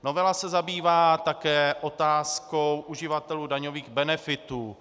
Novela se zabývá také otázkou uživatelů daňových benefitů.